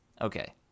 Okay